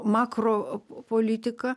makro politika